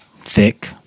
thick